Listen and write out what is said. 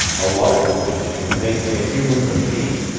a larger business would make me a human machine,